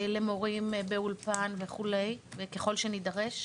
למורים באולפן וכו' וכל שנידרש.